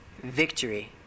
victory